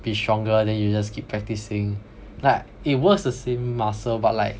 be stronger then you just keep practising like it works the same muscle but like